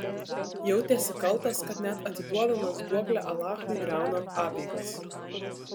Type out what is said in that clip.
jautėsi kaltas kad net atiduodamas duoklę alachui griauna apeigas